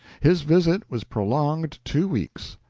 his visit was prolonged two weeks,